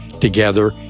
together